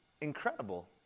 incredible